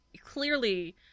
clearly